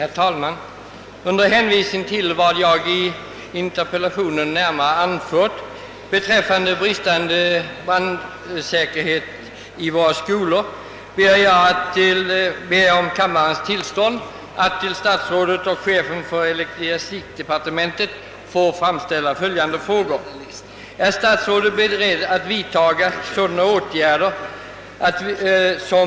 Herr talman! Ett flertal eldsvådor har inträffat i våra skolor. Vid några har även elever omkommit. I samband härmed har det framkommit, att orsaken därtill varit den bristande brandsäkerheten. I många kommuner utgörs skolbeståndet till övervägande del av äldre byggnader, vilka är bristfälliga ur brandsäkerhetssynpunkt, men inte heller alla nya skolor byggs på ett sätt som uppfyller alla nutida krav på brandsäkerhet. Vid inspektioner som nyligen har företagits i länen har det visat sig, att så omfattande upprustningar av brandtekniska skäl måste företagas i landets skolor, att kostnaderna säkerligen kommer att uppgå till 100—200 miljoner kr. Det är enligt uppgift ej förutsatt att statsbidrag skall utgå för sådana arbeten.